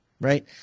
right